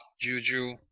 juju